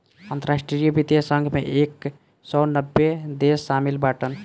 अंतरराष्ट्रीय वित्तीय संघ मे एक सौ नब्बे देस शामिल बाटन